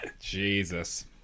Jesus